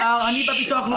הוא באוצר, אני בביטוח הלאומי.